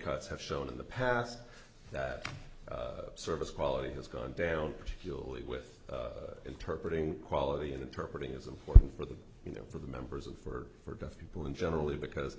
cuts have shown in the past that service quality has gone down particularly with interpretating quality and interpret it as important for the you know for the members of for deaf people in generally because